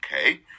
okay